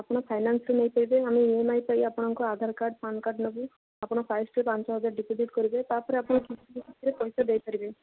ଆପଣ ଫାଇନାନ୍ସରେ ନେଇପାରିବେ ଆମେ ଇ ଏମ୍ ଆଇ ପାଇଁ ଆପଣଙ୍କର ଆଧାର କାର୍ଡ଼ ପାନ୍ କାର୍ଡ଼ ନେବୁ ଆପଣ ଫାର୍ଷ୍ଟ୍ ପାଞ୍ଚହଜାର ଡିପୋଜିଟ୍ କରିବେ ତାପରେ ଆପଣ କିସ୍ତି କିସ୍ତିରେ ପଇସା ଦେଇପାରିବେ